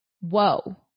whoa